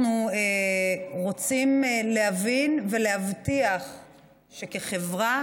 אנחנו רוצים להבין ולהבטיח שכחברה